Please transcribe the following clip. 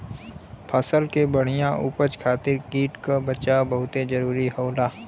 फसल के बढ़िया उपज खातिर कीट क बचाव बहुते जरूरी होला